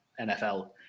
NFL